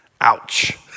Ouch